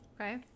Okay